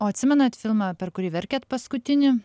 o atsimenat filmą per kurį verkėt paskutinį